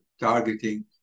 targeting